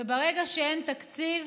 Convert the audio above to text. וברגע שאין תקציב